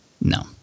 No